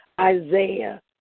Isaiah